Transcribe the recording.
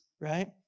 right